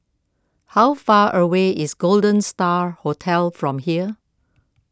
how far away is Golden Star Hotel from here